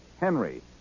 Henry